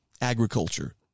agriculture